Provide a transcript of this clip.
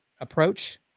approach